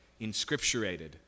inscripturated